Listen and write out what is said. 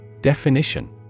Definition